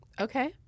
Okay